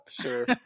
sure